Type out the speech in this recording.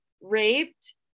raped